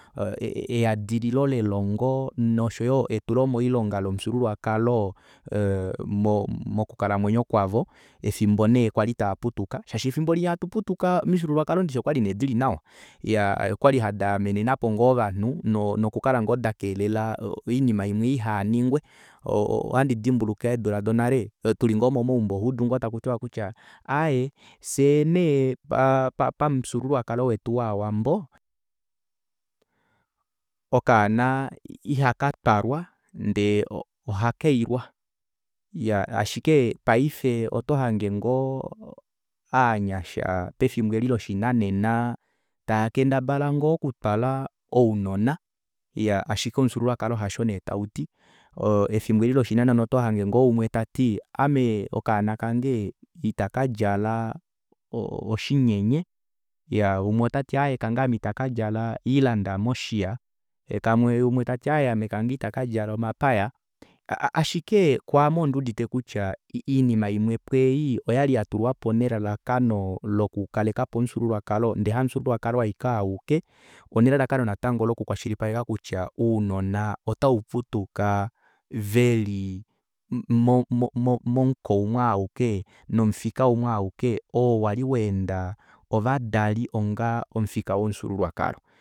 E- e- e eadililo lelongo noshoyo etulomoilonga lomufyuululwakalo ee mo mo mokukalamwenyo kwavo efimbo nee kwali taaputuka shaashi efimbo linya kwali hatu putuka omifyuululwakalo ndishi okwali nee dili nawa iyaa okwali daamenenapo ngoo ovanhu noku kala ngoo dakelela oinima imwe ihaningwe oha ndidimbuluka eedula donale tuli ngoo momaumbo ohuudu ngoo takutiwa kutya aaye fyee nee pamufyuululwakalo wetu wova wambo okanona iha katwalwa ndee ohakailwa iya ashike paife oto hange ngoo ovanyasha pefimbo eli loshinanena taakendabala ngoo okutwala ounona iyaa ashike omufyuululwakalo hasho nee tauti efimbo eli loshinanena otohange ngoo umwe tati ame okaana kange itakadjala oshinyenye umwe otati ame kange itaka djala oilanda moshiya kamwe umwe tati aaye ame kange ita kadjala omapaya ashike kwaame onduudite kutya oinima imwe imwepo ei oyali yatulwapo nelalakano loku kalekapo omufyuululwakalo ndee hamufyuululwakalo aike auke onelelakano natango loku kwashilipaleka kutya ounona otauputuka veli momuko umwe auke nomufika umwe auke oo wali waenda ovadali onga omufika womufyuululwakalo